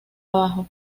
abajo